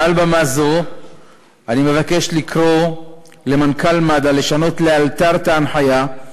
מעל במה זו אני מבקש לקרוא למנכ"ל מד"א לשנות לאלתר את ההנחיה,